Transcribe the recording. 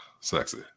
Sexy